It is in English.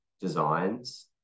designs